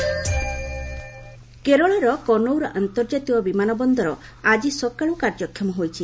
Kerala airport କେରଳର କନୌର ଅନ୍ତର୍ଜାତୀୟ ବିମାନ ବନ୍ଦର ଆଜି ସକାଳୁ କାର୍ଯ୍ୟକ୍ଷମ ହୋଇଛି